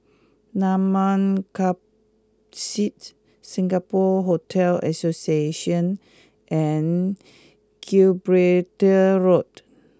Mamam Campsite Singapore Hotel Association and Gibraltar Road